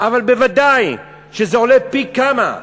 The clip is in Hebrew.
אבל בוודאי זה עולה פי-כמה.